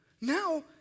now